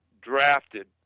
drafted